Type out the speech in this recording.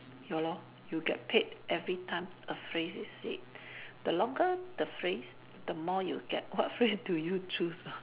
ya lor you get paid every time a phrase is said the longer the phrase the more you get what phrase do you choose ah